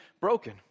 broken